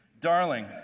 Darling